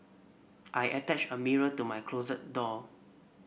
I attached a mirror to my closet door